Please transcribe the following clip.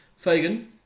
Fagan